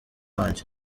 wanjye